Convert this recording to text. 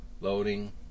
Loading